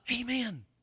Amen